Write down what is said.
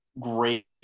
great